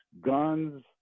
guns